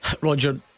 Roger